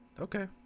Okay